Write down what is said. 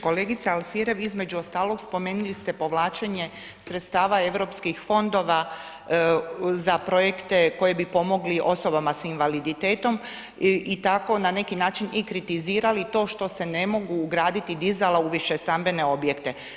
Kolegica Alfirev, između ostalog, spomenuli ste povlačenje sredstava EU fondova za projekte koji bi pomogli osobama s invaliditetom i tako na neki način i kritizirali to što se ne mogu ugraditi dizala u višestambene objekte.